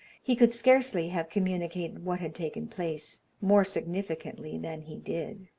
he could scarcely have communicated what had taken place more significantly than he did.